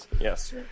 yes